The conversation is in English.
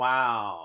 Wow